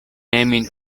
min